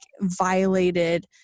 violated